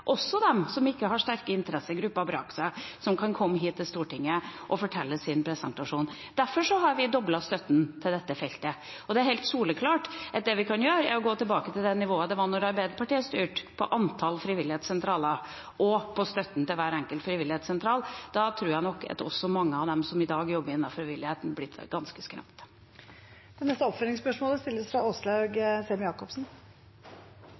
også dem som ikke har sterke interessegrupper bak seg som kan komme hit til Stortinget med sin presentasjon. Derfor har vi doblet støtten til dette feltet. Det er helt soleklart at vi kan gå tilbake til det nivået det var da Arbeiderpartiet styrte, på antall frivilligsentraler og på støtten til hver enkelt frivilligsentraler, men da tror jeg nok at mange av dem som i dag jobber innenfor frivilligheten, blir ganske skremt.